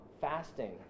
fasting